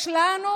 יש לנו,